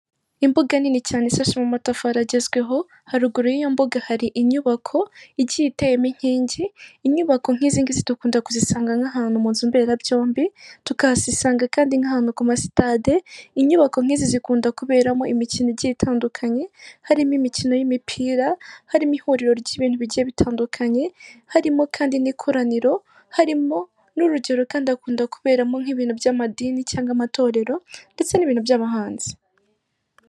Imbuga nini cyane isashemo amatafari agezweho, haruguru y'iyo mbuga hari inyubako igiye iteyemo inkingi, inyubako nk'izi ngizi dukunda kuzisanga nk'ahantu mu nzu mberabyombi, tukazisanga kandi nk'ahantu ku ma sitade, inyubako nk'izi zikunda kuberamo imikino igiye itandukanye, harimo imikino y'imipira harimo, harimo ihuriro ry'ibintu bigiye bitandukanye, harimo kandi n'ikoraniro, harimo, n'urugero kandi hakunda kuberamo nk'ibintu by'amadini cyangwa amatorero ndetse n'ibintu by'abahanzi.